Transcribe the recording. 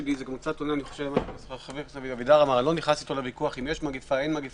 אני לא נכנס לוויכוח עם חבר הכנסת אבידר אם יש מגפה או שאין מגפה.